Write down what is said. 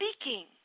speaking